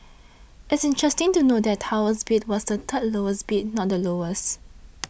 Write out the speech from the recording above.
it's interesting to note that Tower's bid was the third lowest bid not the lowest